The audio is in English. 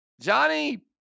Johnny